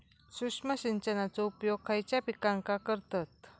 सूक्ष्म सिंचनाचो उपयोग खयच्या पिकांका करतत?